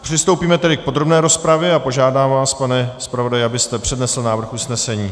Přistoupíme tedy k podrobné rozpravě a požádám vás, pane zpravodaji, abyste přednesl návrh usnesení.